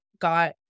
got